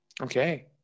Okay